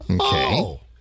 Okay